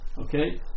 okay